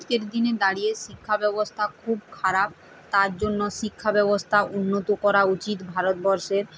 আজকের দিনে দাঁড়িয়ে শিক্ষা ব্যবস্থা খুব খারাপ তার জন্য শিক্ষা ব্যবস্থা উন্নত করা উচিত ভারতবর্ষের